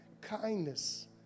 kindness